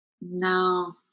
No